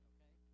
Okay